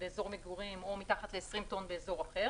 באזור מגורים או מתחת ל-20 טון באזור אחר